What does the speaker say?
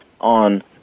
on